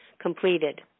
completed